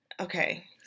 Okay